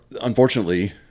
unfortunately